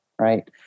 right